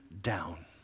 down